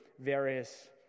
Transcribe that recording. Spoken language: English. various